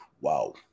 wow